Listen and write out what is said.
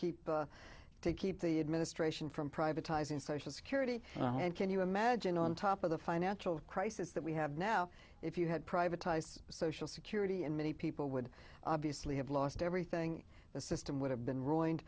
keep to keep the administration from privatizing social security and can you imagine on top of the financial crisis that we have now if you had privatized social security and many people would obviously have lost everything the system would have been ruined